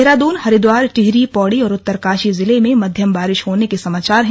देहरादून हरिद्वार टिहरी पौड़ी और उत्तरकाशी जिले में मध्यम बारिश होने के समाचार हैं